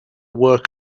work